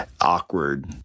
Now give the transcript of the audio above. awkward